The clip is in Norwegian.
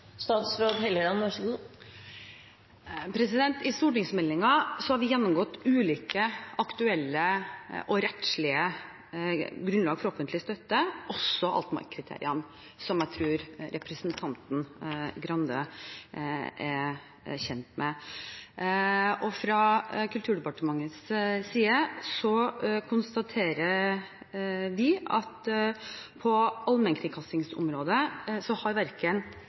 I stortingsmeldingen har vi gjennomgått ulike aktuelle og rettslige grunnlag for offentlig støtte, også Altmark-kriteriene, som jeg tror representanten Grande er kjent med. Fra Kulturdepartementets side konstaterer vi at på allmennkringkastingsområdet har verken EU-kommisjonen eller ESA så